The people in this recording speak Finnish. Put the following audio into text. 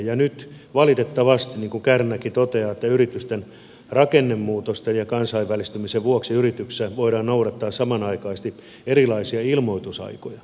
nyt valitettavasti niin kuin kärnäkin toteaa yritysten rakennemuutosten ja kansainvälistymisen vuoksi yrityksissä voidaan noudattaa samanaikaisesti erilaisia ilmoitusaikoja